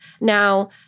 Now